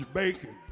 bacon